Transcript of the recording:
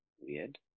weird